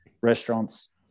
restaurants